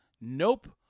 Nope